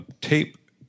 tape